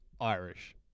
Irish